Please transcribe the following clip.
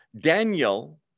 Daniel